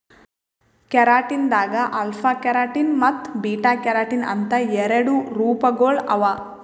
keratin ದಾಗ್ alpha keratin ಮತ್ತ್ beta keratin ಅಂತ್ ಎರಡು ರೂಪಗೊಳ್ ಅವಾ